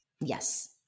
yes